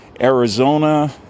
Arizona